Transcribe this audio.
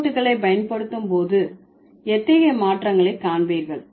பின்னொட்டுகளை பயன்படுத்தும் போது எத்தகைய மாற்றங்களை காண்பீர்கள்